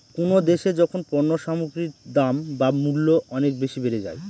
কোনো দেশে যখন পণ্য সামগ্রীর দাম বা মূল্য অনেক বেশি বেড়ে যায়